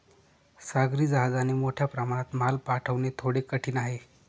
सागरी जहाजाने मोठ्या प्रमाणात माल पाठवणे थोडे कठीण आहे